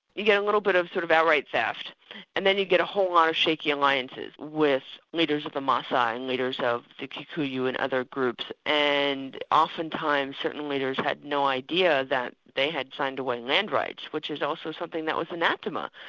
you get a little bit of sort of out right theft and then you get a whole lot of shaky alliances with leaders of the masai and leaders of the kikuyu and other groups, and oftentimes certain leaders had no idea that they had signed away land rights, which is also something that was anathema,